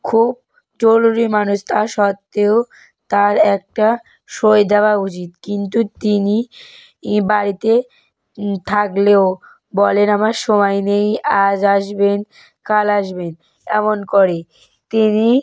খুব জরুরি মানুষ তা সত্ত্বেও তার একটা সই দেওয়া উচিত কিন্তু তিনি এ বাড়িতে থাকলেও বলেন আমার সময় নেই আজ আসবেন কাল আসবেন এমন করে তিনি